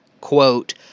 quote